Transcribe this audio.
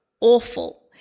awful